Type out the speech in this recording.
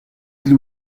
did